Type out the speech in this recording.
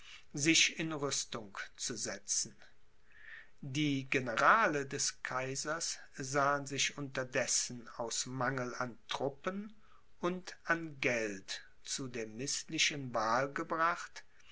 sich in rüstung zu setzen die generale des kaisers sahen sich unterdessen aus mangel an truppen und an geld zu der mißlichen wahl gebracht